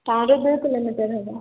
ସାଢ଼େ ଦୁଇ କିଲୋମିଟର ହେବ